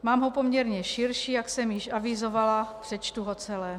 Mám ho poměrně širší, jak jsem již avizovala, přečtu ho celé.